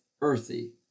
earthy